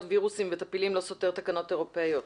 וירוסים וטפילים לא סותר תקנות אירופאיות.